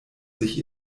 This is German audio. sich